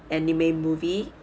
anime movie